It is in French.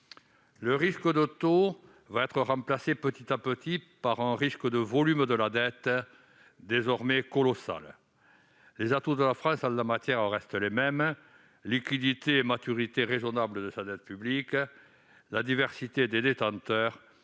Le risque de taux sera remplacé petit à petit par un risque de volume de la dette, désormais colossale. Les atouts de la France en la matière restent les mêmes : liquidité et maturité raisonnable de sa dette publique. La diversité des détenteurs